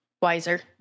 Wiser